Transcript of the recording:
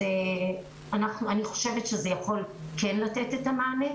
אני חושבת שזה יכול כן לתת את המענה.